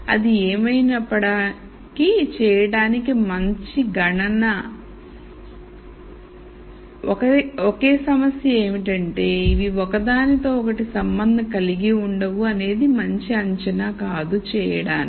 అది ఏమైనప్పటికీ చేయడానికి మంచి గణన ఒకే సమస్య ఏమిటంటేఇవి ఒకదాని తో ఒకటి సంబంధం కలిగి ఉండవు అనేది మంచి అంచనా కాదు చేయడానికి